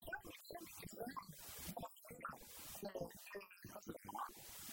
עכשיו מגיעים עזרא ונחמיה בחזרה